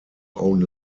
own